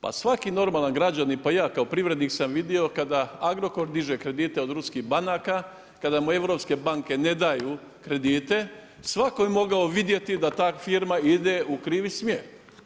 Pa svaki normalan građanin pa i ja kao privrednik sam vidio kada Agrokor diže kredite od ruskih banaka, kada mu europske banke ne daju kredite, svako je mogao vidjeti da ta firma ide u krivi smjer.